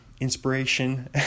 inspiration